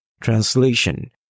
Translation